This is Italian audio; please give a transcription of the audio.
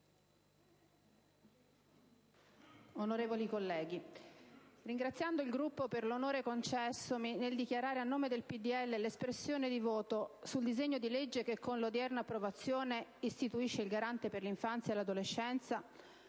Onorevoli colleghi, ringraziando il Gruppo per l'onore concessomi nel dichiarare a nome del PDL il voto favorevole sul disegno di legge che, con 1'odierna approvazione, istituisce il Garante per l'infanzia e l'adolescenza,